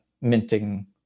minting